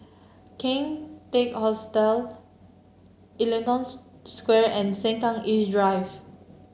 King Teck Hostel Ellington Square and Sengkang East Drive